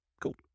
Cool